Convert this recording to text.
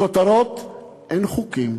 מכותרות אין חוקים.